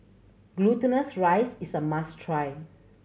Glutinous Rice Cake is a must try